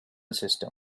system